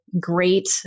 great